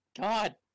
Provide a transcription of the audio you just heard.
God